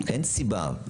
אין סיבה.